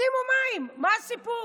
שימו מים, מה הסיפור?